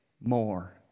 more